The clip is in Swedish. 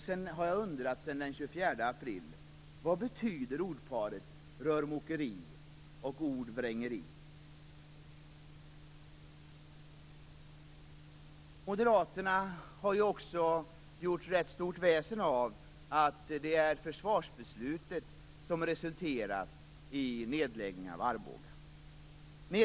Sedan den 24 april har jag undrat: Vad betyder ordparet "rörmokeri och ordvrängeri"? Moderaterna har gjort rätt stort väsen av att det är försvarsbeslutet som resulterat i nedläggning av verksamheten i Arboga.